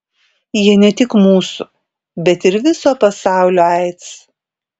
jie ne tik mūsų bet ir viso pasaulio aids